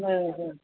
बरोबर